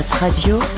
Radio